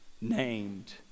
named